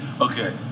Okay